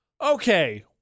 Okay